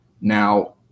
now